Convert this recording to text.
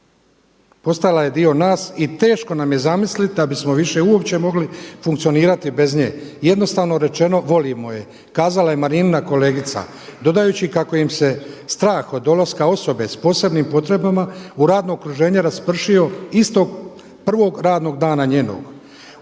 postala je dio nas i teško nam je zamisliti da bismo više uopće mogli funkcionirati bez nje. Jednostavno rečeno volimo je, kazala je Marinina kolegica dodajući kako im se strah od dolaska osobe sa posebnim potrebama u radno okruženje raspršio istog prvog radnog dana njenog.